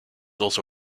also